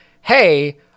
hey